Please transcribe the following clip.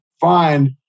find